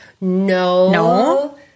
No